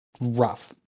rough